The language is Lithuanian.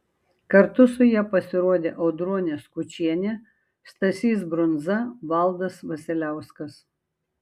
kartu su ja pasirodė audronė skučienė stasys brundza valdas vasiliauskas